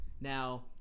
now